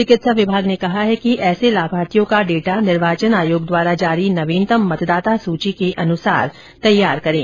चिकित्सा विभाग ने कहा है कि ऐसे लाभार्थियों का डेटा निर्वाचन आयोग द्वारा जारी नवीनतम मतदाता सूची के अनुसार तैयार करें